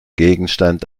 gegenstand